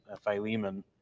Philemon